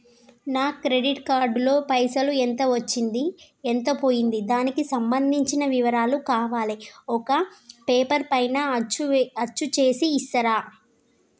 నా credit card లో పైసలు ఎంత వచ్చింది ఎంత పోయింది దానికి సంబంధించిన వివరాలు కావాలి ఒక పేపర్ పైన అచ్చు చేసి ఇస్తరా?